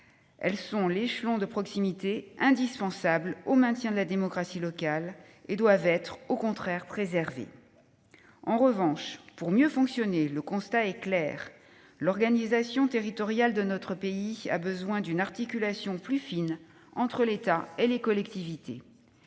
qui sont l'échelon de proximité indispensable au maintien de la démocratie locale et doivent être préservées. En revanche, pour mieux fonctionner- le constat est clair -, l'organisation territoriale de notre pays requiert une articulation plus fine entre l'État et les collectivités.